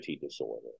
disorder